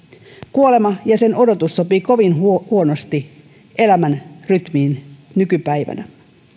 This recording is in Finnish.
kuolema ja sen odotus sopii kovin huonosti elämänrytmiin nykypäivänä